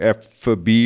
fb